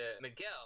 Miguel